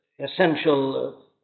essential